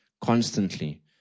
constantly